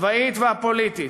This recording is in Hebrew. הצבאית והפוליטית,